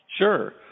sure